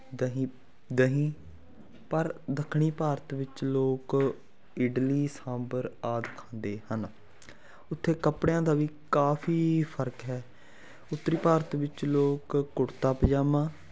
ਦਹੀਂ ਦਹੀਂ ਪਰ ਦੱਖਣੀ ਭਾਰਤ ਵਿੱਚ ਲੋਕ ਇਡਲੀ ਸਾਂਬਰ ਆਦਿ ਖਾਂਦੇ ਹਨ ਉੱਥੇ ਕੱਪੜਿਆਂ ਦਾ ਵੀ ਕਾਫੀ ਫਰਕ ਹੈ ਉੱਤਰੀ ਭਾਰਤ ਵਿੱਚ ਲੋਕ ਕੁੜਤਾ ਪਜਾਮਾ